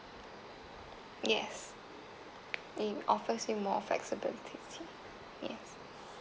yes it offers you more flexibility yes